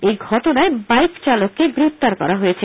এই ঘটনায় বাইক চালককে গ্রেপ্তার করা হয়েছে